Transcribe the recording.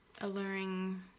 alluring